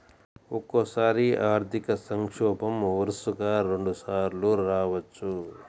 ఒక్కోసారి ఆర్థిక సంక్షోభం వరుసగా రెండుసార్లు రావచ్చు